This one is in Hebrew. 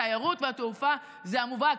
התיירות והתעופה זה המובהק,